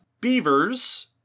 Beavers